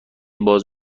باز